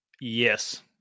Yes